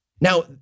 Now